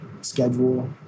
schedule